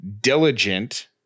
diligent